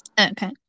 Okay